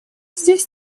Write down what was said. здесь